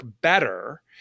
better